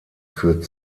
führt